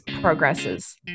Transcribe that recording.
progresses